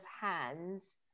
hands